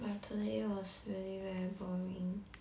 but today was really very boring